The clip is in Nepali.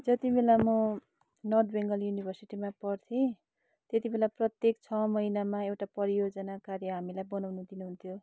जति बेला म नर्थ बङ्गाल युनिभर्सिटीमा पढ्थेँ त्यति बेला प्रत्येक छ महिनामा एउटा परियोजना कार्य हामीलाई बनाउनु दिनुहुन्थ्यो